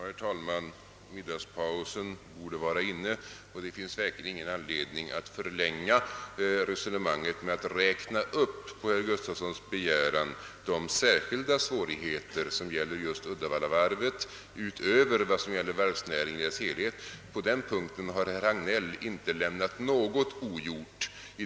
Herr talman! Middagspausen borde vara inne, och det finns verkligen ingen anledning att förlänga resonemanget genom att på herr Gustafssons i Uddevalla begäran räkna upp de särskilda svårigheter som gäller just Uddevallavarvet utöver vad som gäller varvsnäringen i dess helhet. På den punkten har herr Hagnell inte lämnat något ogjort.